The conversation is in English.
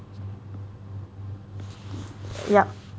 yup